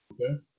Okay